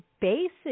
basic